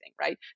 right